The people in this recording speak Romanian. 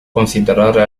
considerare